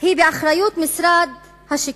היא באחריות משרד השיכון.